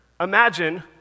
Imagine